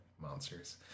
Monsters